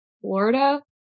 florida